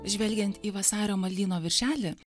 žvelgiant į vasario maldyno viršelį